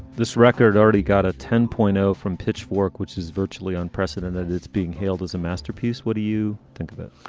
this record already got a ten point zero from pitchfork, which is virtually unprecedented, it's being hailed as a masterpiece. what do you think of it?